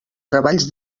treballs